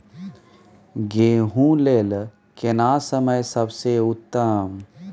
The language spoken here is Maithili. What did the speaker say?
गेहूँ लेल केना समय सबसे उत्तम?